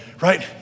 right